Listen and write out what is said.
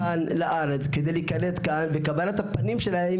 לכאן לארץ כדי להיקלט פה וקבלת הפנים שלהם